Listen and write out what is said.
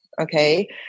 okay